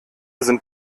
sind